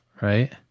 right